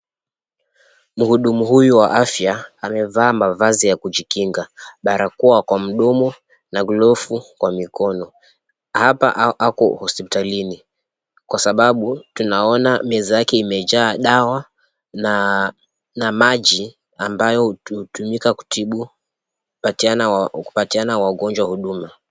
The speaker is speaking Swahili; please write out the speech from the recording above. Muhudumu huyu wa afya amevaa mavazi ya kujikinga. Barakoa kwa mdomo na glovu kwa mikono. Hapa ako hospitalini kwa sababu tunaona meza yake imejaa dawa na maji ambayo hutumika kupatiana wagonjwa huduma.